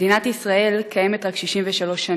מדינת ישראל קיימת רק 63 שנים.